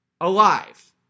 alive